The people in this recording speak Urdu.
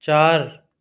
چار